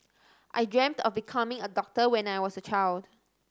I dreamt of becoming a doctor when I was a child